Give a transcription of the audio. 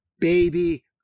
baby